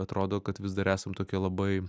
atrodo kad vis dar esam tokie labai